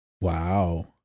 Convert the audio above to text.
Wow